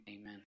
Amen